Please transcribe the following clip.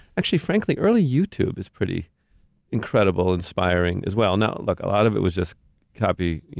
actually, frankly, early youtube is pretty incredible, inspiring, as well. now, look, a lot of it was just copy,